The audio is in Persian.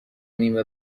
نیم